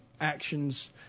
actions